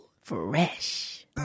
Fresh